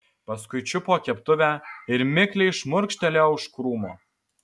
paskui čiupo keptuvę ir mikliai šmurkštelėjo už krūmo